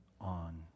on